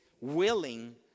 willing